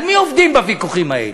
על מי עובדים בוויכוחים האלה?